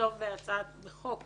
לכתוב בחוק